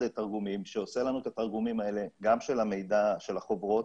לתרגומים שעושה לנו את התרגומים האלה גם של המידע של החוברות,